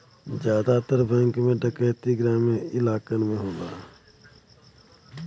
जादातर बैंक में डैकैती ग्रामीन इलाकन में होला